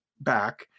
back